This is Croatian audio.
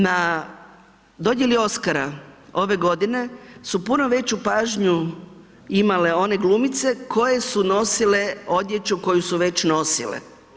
Na dodjeli Oscara ove godine su puno veću pažnju imale one glumice koje su nosile odjeću koje su već nosile.